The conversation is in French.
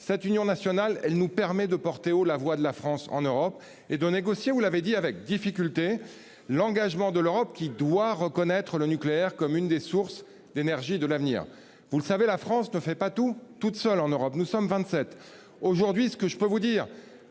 cette union nationale. Elle nous permet de porter haut la voix de la France en Europe et de négocier. Vous l'avez dit avec difficulté l'engagement de l'Europe qui doit reconnaître le nucléaire comme une des sources d'énergie de l'avenir, vous le savez, la France ne fait pas tout toute seule en Europe, nous sommes 27 aujourd'hui, ce que je peux vous dire,